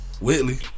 Whitley